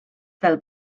fel